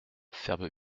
ferme